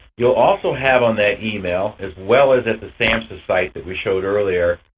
you'll also have on that email, as well as at the samhsa site that we showed earlier,